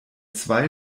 zwei